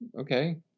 Okay